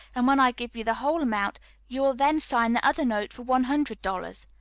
and when i give you the whole amount you will then sign the other note for one hundred dollars.